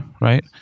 right